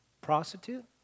prostitute